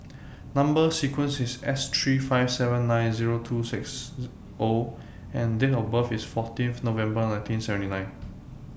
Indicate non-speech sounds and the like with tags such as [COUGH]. Number sequence IS S three five seven nine Zero two six O and Date of birth IS fourteen of November nineteen seventy nine [NOISE]